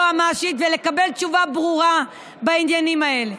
היועמ"שית ולקבל תשובה ברורה בעניינים האלה.